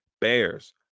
Bears